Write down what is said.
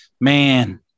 man